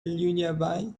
lullaby